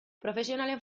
profesionalen